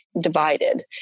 divided